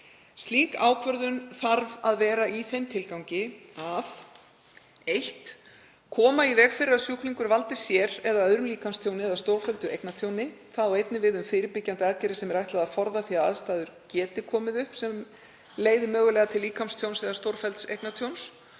Slík ákvörðun þarf að vera í þeim tilgangi að: 1. Koma í veg fyrir að sjúklingur valdi sér eða öðrum líkamstjóni eða stórfelldu eignatjóni. Það á einnig við fyrirbyggjandi aðgerðir sem ætlað er að forða því að aðstæður komi upp sem leitt geta til líkamstjóns eða stórfellds eignatjóns.